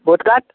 vote card